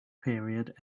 period